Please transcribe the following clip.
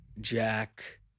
Jack